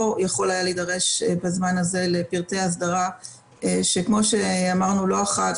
ולהידרש לנושא הזה תוך תקופה מסוימת אחרי שהדברים יתחילו,